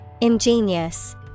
ingenious